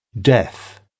death